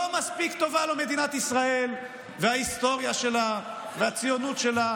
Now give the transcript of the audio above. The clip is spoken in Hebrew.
מספיק טובות לו מדינת ישראל וההיסטוריה שלה והציונות שלה,